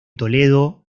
toledo